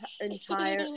entire